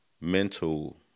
mental